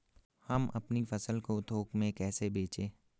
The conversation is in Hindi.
हम अपनी फसल को थोक में कैसे बेचें?